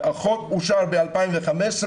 החוק אושר ב-2015.